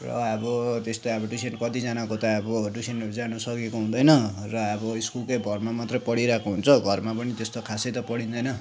र अब त्यस्तै अब ट्युसन कतिजनाको त अब ट्युसनहरू जानु सकेको हुँदैन र अब स्कुलकै भरमा मात्र पढिरहेको हुन्छ घरमा पनि त्यस्तो खासै त पढिँदैन